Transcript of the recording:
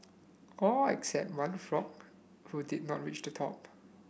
all except one frog who did not reach the top